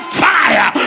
fire